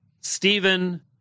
Stephen